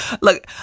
Look